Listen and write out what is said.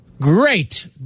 great